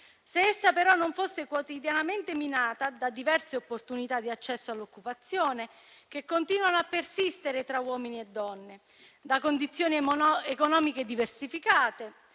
se essa, però, non fosse quotidianamente minata da diverse opportunità di accesso all'occupazione che continuano a persistere tra uomini e donne, da condizioni economiche diversificate